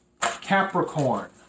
Capricorn